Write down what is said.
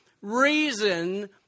Reason